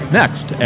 next